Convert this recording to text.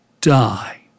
die